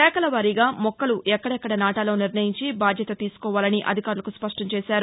శాఖల వారీగా మొక్కలు ఎక్కడెక్కడ నాటాలో నిర్ణయించి బాధ్యత తీసుకోవాలని అధికారులకు స్పష్టం చేశారు